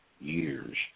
years